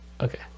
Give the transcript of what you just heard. okay